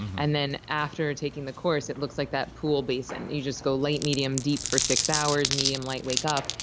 and then after taking the course, it looks like that pool basin. you just go light, medium, deep for six hours, medium, light, wake up.